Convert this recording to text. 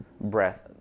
breath